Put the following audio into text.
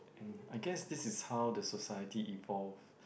I guess this is how the society evolve